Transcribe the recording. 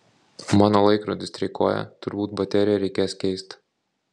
mano laikrodis streikuoja turbūt bateriją reikės keist